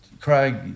Craig